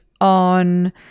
on